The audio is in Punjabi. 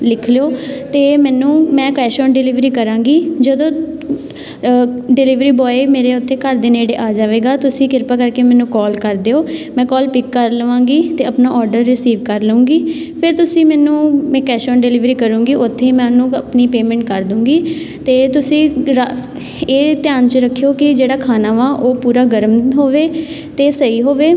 ਲਿਖ ਲਿਓ ਅਤੇ ਮੈਨੂੰ ਮੈਂ ਕੈਸ਼ ਔਨ ਡਿਲੀਵਰੀ ਕਰਾਂਗੀ ਜਦੋਂ ਡਿਲੀਵਰੀ ਬੋਆਏ ਮੇਰੇ ਉੱਥੇ ਘਰ ਦੇ ਨੇੜੇ ਆ ਜਾਵੇਗਾ ਤੁਸੀਂ ਕਿਰਪਾ ਕਰਕੇ ਮੈਨੂੰ ਕੋਲ ਕਰ ਦਿਓ ਮੈਂ ਕੋਲ ਪਿੱਕ ਕਰ ਲਵਾਂਗੀ ਅਤੇ ਆਪਣਾ ਔਡਰ ਰਿਸੀਵ ਕਰ ਲਊਂਗੀ ਫਿਰ ਤੁਸੀਂ ਮੈਨੂੰ ਮੈਂ ਕੈਸ਼ ਔਨ ਡਿਲੀਵਰੀ ਕਰੂੰਗੀ ਉੱਥੇ ਹੀ ਮੈਂ ਉਹਨੂੰ ਆਪਣੀ ਪੇਮੈਂਟ ਕਰ ਦੂੰਗੀ ਅਤੇ ਤੁਸੀਂ ਇਹ ਧਿਆਨ 'ਚ ਰੱਖਿਓ ਕਿ ਜਿਹੜਾ ਖਾਣਾ ਵਾ ਉਹ ਪੂਰਾ ਗਰਮ ਹੋਵੇ ਅਤੇ ਸਹੀ ਹੋਵੇ